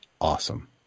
Awesome